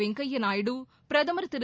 வெங்கய்யா நாயுடு பிரதமர் திரு